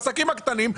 את העסקים הקטנים,